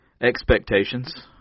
expectations